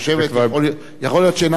מה שקרה באמת בשבוע שעבר,